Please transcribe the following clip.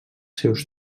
seus